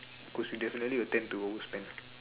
cause you will definitely tend to overspend